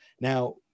Now